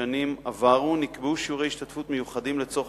בשנים עברו נקבעו שיעורי השתתפות מיוחדים לצורך